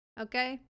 okay